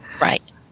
Right